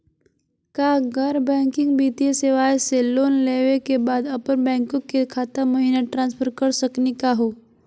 का गैर बैंकिंग वित्तीय सेवाएं स लोन लेवै के बाद अपन बैंको के खाता महिना ट्रांसफर कर सकनी का हो?